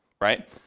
right